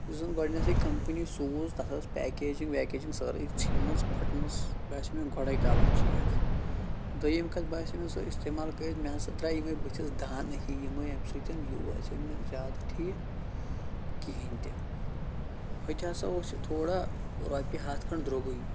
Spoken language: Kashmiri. یُس زَن گۄڈنٮ۪تھٕے کَمپٔنی سوٗز تَتھ ٲس پیکیجِنٛگ ویکیجِنٛگ سٲرٕے ژھیٚنمٕژ پھٔٹمٕژ یہِ باسے مےٚ گۄڈَے غلط چیٖز دوٚیِم کَتھ باسے مےٚ سۄ استعمال کٔرِتھ مےٚ ہَسا درٛاے یِمَے بٔتھِس دانہِ ہِوۍ یِمَے اَمہِ سۭتۍ یہِ باسے مےٚ زیادٕ ٹھیٖک کِہیٖنۍ تہِ ہُہ تہِ ہَسا اوس یہِ تھوڑا رۄپیہِ ہَتھ کھنٛڈ درٛوٚگٕے